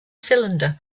cylinder